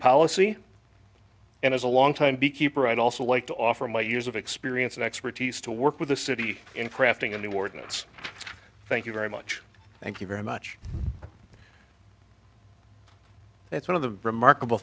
policy and as a long time beekeeper i'd also like to offer my years of experience and expertise to work with the city in crafting a new ordinance thank you very much thank you very much that's one of the remarkable